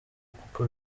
kuko